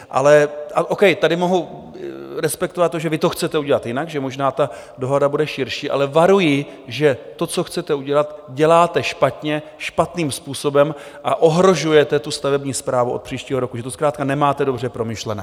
Ale O. K., tady mohu respektovat to, že to chcete udělat jinak, že možná ta dohoda bude širší, ale varuji, že to, co chcete udělat, děláte špatně, špatným způsobem a ohrožujete stavební správu od příštího roku, že to zkrátka nemáte dobře promyšlené.